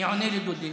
אני עונה לדודי,